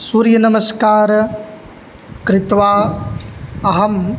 सूर्यनमस्कारं कृत्वा अहम्